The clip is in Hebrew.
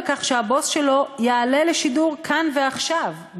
כך שהבוס שלו יעלה לשידור כאן ועכשיו,